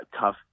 tough